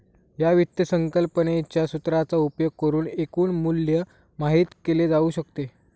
या वित्त संकल्पनेच्या सूत्राचा उपयोग करुन एकूण मूल्य माहित केले जाऊ शकते